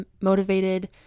motivated